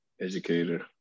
educator